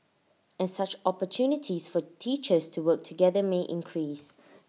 and such opportunities for teachers to work together may increase